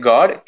God